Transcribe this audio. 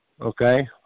okay